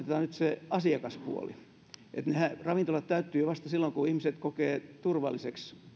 nyt se asiakaspuoli että ne ravintolathan täyttyvät vasta silloin kun ihmiset kokevat turvalliseksi